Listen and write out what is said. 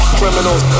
criminals